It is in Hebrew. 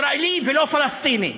ישראלי ולא פלסטיני.